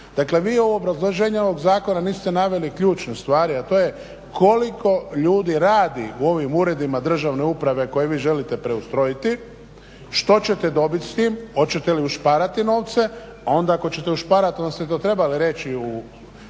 Dakle, vi u ovom obrazloženju ovog zakona niste naveli ključnu stvar jer to je koliko ljudi radi u ovim uredima državne uprave koje vi želite preustrojiti, što ćete dobiti s tim, hoćete li ušparati novce, a onda ako ćete ušparati, onda ste to trebali reći i